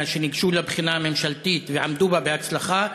שניגשו לבחינה הממשלתית ועמדו בה בהצלחה,